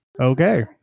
Okay